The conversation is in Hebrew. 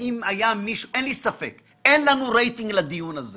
אין לנו רייטינג לדיון הזה